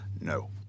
No